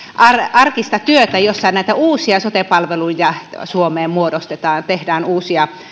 arkista työtä jossa näitä uusia sote palveluja suomeen muodostetaan tehdään uusien